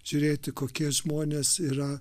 žiūrėti kokie žmonės yra